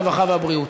הרווחה והבריאות.